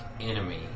Enemy